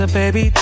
baby